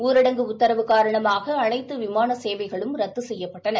ஊரடங்கு உத்தரவு காரணமாக அனைத்து விமான சேவைகளும் ரத்து செய்யப்பட்டன